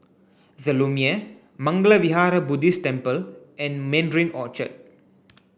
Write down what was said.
the Lumiere Mangala Vihara Buddhist Temple and Mandarin Orchard